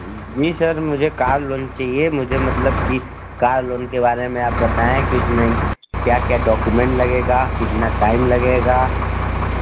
जी sir मुझे car loan चाहिए मुझे मतलब कि कार लोन के बारे में आप बताएं किस में क्या क्या डॉक्यूमेंट लगेगा कितना टाइम लगेगा